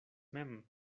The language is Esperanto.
mem